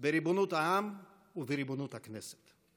בריבונות העם ובריבונות הכנסת.